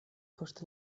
post